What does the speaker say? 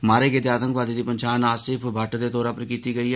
मारे गेदे आतंकवादी दी पन्छान आसिफ भट्ट दे तौर उप्पर कीती गेई ऐ